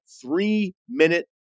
three-minute